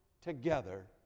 together